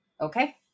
Okay